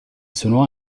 sono